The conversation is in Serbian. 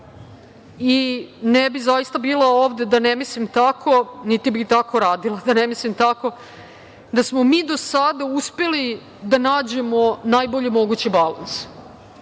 i ne bih zaista bila ovde da ne mislim tako niti bih tako radila da ne mislim tako, da smo mi do sada uspeli da nađemo najbolji mogući balans.